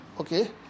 okay